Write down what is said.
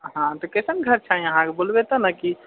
हँ तऽ कइसन घर चाही अहाँकेँ बोलबै तब ने की